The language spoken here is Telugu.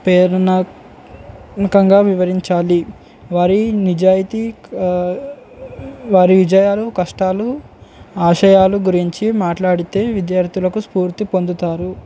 ప్రేరణాత్మకంగా వివరించాలి వారి నిజాయితి వారి విజయాలు కష్టాలు ఆశయాలు గురించి మాట్లాడితే విద్యార్థులకు స్ఫూర్తి పొందుతారు